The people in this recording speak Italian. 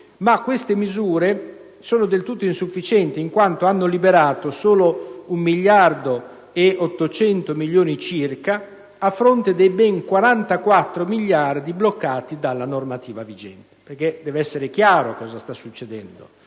Ma dette misure sono del tutto insufficienti, poiché hanno liberato solo 1,8 miliardi di euro circa, a fronte di ben 44 miliardi bloccati dalla normativa vigente. Deve essere chiaro cosa sta succedendo.